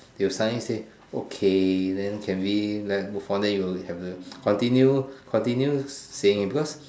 they will suddenly say okay then can we let move on then you'll have to continue continue saying because